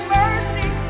mercy